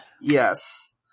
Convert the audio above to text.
Yes